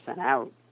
out